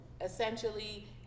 essentially